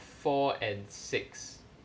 four and six